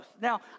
Now